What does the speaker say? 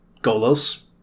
Golos